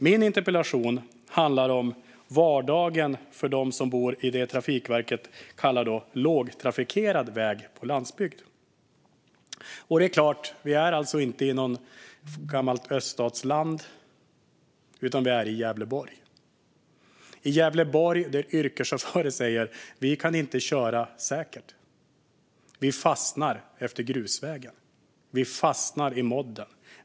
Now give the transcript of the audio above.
Min interpellation handlar om vardagen för dem som bor i landsbygd med det Trafikverket kallar lågtrafikerad väg. Vi är inte i något gammalt öststatsland. Vi är i Gävleborg, och i Gävleborg säger yrkeschaufförer: Vi kan inte köra säkert. Vi fastnar efter grusvägen. Vi fastnar i modden.